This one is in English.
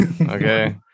Okay